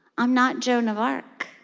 i'm not joan of arc.